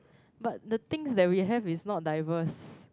but the things that we have is not diverse